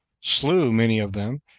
slew many of them,